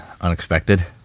unexpected